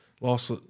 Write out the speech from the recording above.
lost